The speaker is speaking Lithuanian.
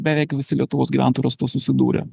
beveik visi lietuvos gyventojai yra su tuo susidūrę